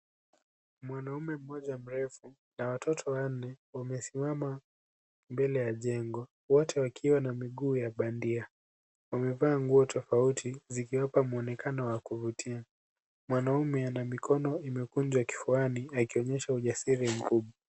Mwanaume mmoja mrefu na watoto wanne wamesimama mbele ya jengo, wote wakiwa na miguu ya bandia. Wamevaa nguo tofauti, zikiwapa mwonekano wa kuvuutia. Mwanaume ana mikono imekunjwa kifuani, akionyesha ujasiri mkubwa.